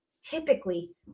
typically